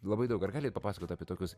labai daug ar galit papasakot apie tokius